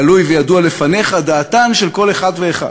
גלוי וידוע לפניך דעתן של כל אחד ואחד,